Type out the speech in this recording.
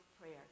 prayer